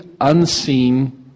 unseen